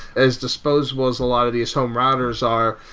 as disposed was a lot of these home routers are,